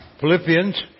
Philippians